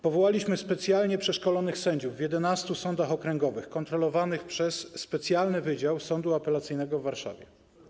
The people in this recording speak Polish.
Powołaliśmy specjalnie przeszkolonych sędziów w 11 sądach okręgowych kontrolowanych przez specjalny wydział Sądu Apelacyjnego w Warszawie.